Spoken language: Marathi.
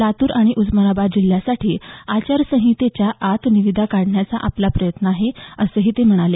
लातूर व उस्मानाबाद जिल्ह्यासाठी आचारसंहितेच्या आत निविदा काढण्याचा आपला प्रयत्न आहे असंही ते म्हणाले